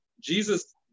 Jesus